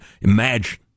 imagine